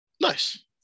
Nice